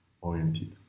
oriented